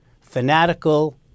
fanatical